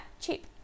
cheap